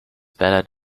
ballad